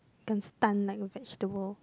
can stun like a vegetable